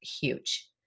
huge